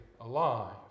alive